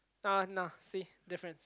ah [nah[ see difference